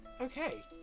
Okay